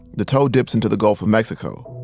the toe dips into the gulf of mexico.